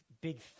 big